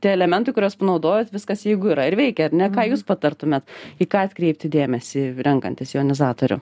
tie elementai kuriuos panaudojot viskas jeigu yra ir veikia ar ne ką jūs patartumėt į ką atkreipti dėmesį renkantis jonizatorių